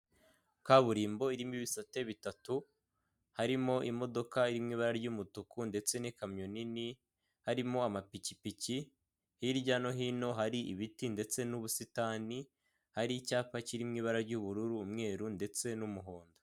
Kaburimbo irimo ibisate bitatu, harimo imodoka iri mu ibara ry'umutuku ndetse n'ikamyo nini, harimo amapikipiki hirya no hino hari ibiti ndetse n'ubusitani, hari icyapa kirimo ibara ry'ubururu, umweru ndetse n'umuhondo.